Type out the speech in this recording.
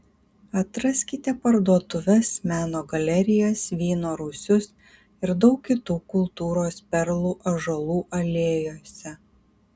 atraskite parduotuves meno galerijas vyno rūsius ir daug kitų kultūros perlų ąžuolų alėjose